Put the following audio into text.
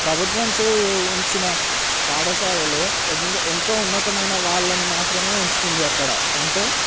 ప్రభుత్వంచే ఉంచిన పాఠశాలలో ఎంతో ఎంతో ఉన్నతమైన వాళ్ళని మాత్రమే ఉంచుతుంది అక్కడ అంటే